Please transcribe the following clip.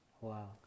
Wow